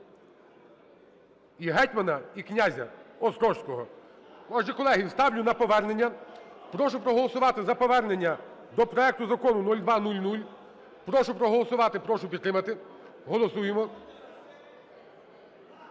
І гетьмана, і князя Острозького. Отже, колеги, ставлю на повернення. Прошу проголосувати за повернення до проекту Закону 0200. Прошу проголосувати, прошу підтримати. Голосуємо.